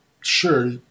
sure